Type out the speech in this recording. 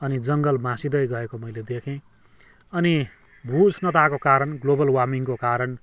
अनि जङ्गल मासिँदै गएको मैले देखेँ अनि भूउष्णताको कारण ग्लोबल वार्मिङको कारण